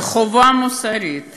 חובה מוסרית